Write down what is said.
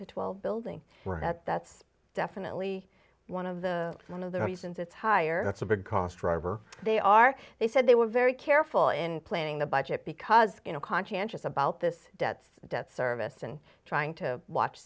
to twelve building that that's definitely one of the one of the reasons it's higher it's a big cost driver they are they said they were very careful in planning the budget because you know conscientious about this debts debt service and trying to watch